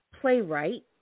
playwright